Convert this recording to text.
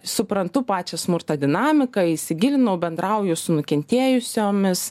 suprantu pačio smurtą dinamiką įsigilinau bendrauju su nukentėjusiomis